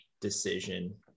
decision